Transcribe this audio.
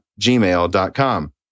gmail.com